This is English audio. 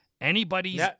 anybody's